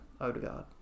Odegaard